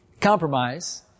compromise